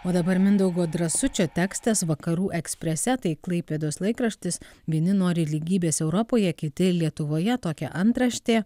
o dabar mindaugo drąsučio tekstas vakarų eksprese tai klaipėdos laikraštis vieni nori lygybės europoje kiti lietuvoje tokia antraštė